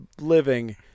living